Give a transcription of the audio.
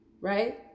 right